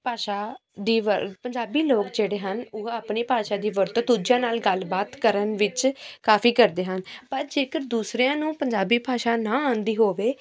ਭਾਸ਼ਾ ਦੀ ਬਰ ਪੰਜਾਬੀ ਲੋਕ ਜਿਹੜੇ ਹਨ ਉਹ ਆਪਣੀ ਭਾਸ਼ਾ ਦੀ ਵਰਤੋਂ ਦੂਜਿਆ ਨਾਲ ਗੱਲ ਬਾਤ ਕਰਨ ਵਿੱਚ ਕਾਫ਼ੀ ਕਰਦੇ ਹਨ ਪਰ ਜੇਕਰ ਦੂਸਰਿਆਂ ਨੂੰ ਪੰਜਾਬੀ ਭਾਸ਼ਾ ਨਾ ਆਉਂਦੀ ਹੋਵੇ